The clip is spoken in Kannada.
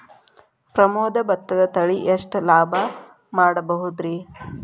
ಪ್ರಮೋದ ಭತ್ತದ ತಳಿ ಎಷ್ಟ ಲಾಭಾ ಮಾಡಬಹುದ್ರಿ?